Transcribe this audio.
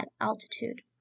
altitude